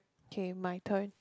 K my turn